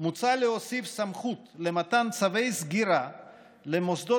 מוצע להוסיף סמכות למתן צווי סגירה למוסדות